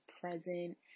present